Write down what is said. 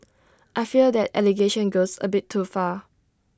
I fear that allegation goes A bit too far